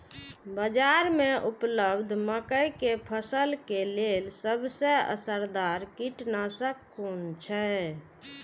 बाज़ार में उपलब्ध मके के फसल के लेल सबसे असरदार कीटनाशक कुन छै?